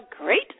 Great